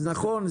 אז נכון,